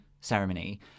ceremony